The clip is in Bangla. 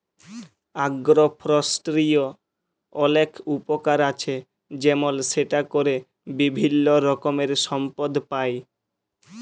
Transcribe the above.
আগ্র ফরেষ্ট্রীর অলেক উপকার আছে যেমল সেটা ক্যরে বিভিল্য রকমের সম্পদ পাই